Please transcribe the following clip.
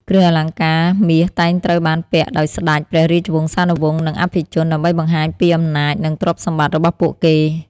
គ្រឿងអលង្ការមាសតែងត្រូវបានពាក់ដោយស្តេច ព្រះរាជវង្សានុវង្ស និងអភិជន ដើម្បីបង្ហាញពីអំណាច និងទ្រព្យសម្បត្តិរបស់ពួកគេ។